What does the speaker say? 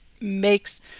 makes